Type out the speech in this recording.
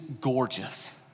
gorgeous